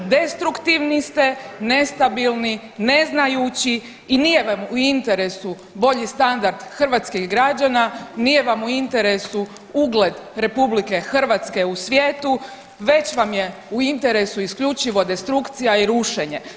Destruktivni ste, nestabilni, neznajući i nije vam u interesu bolji standard hrvatskih građana, nije vam u interesu ugled RH u svijetu već vam je u interesu isključivo destrukcija i rušenje.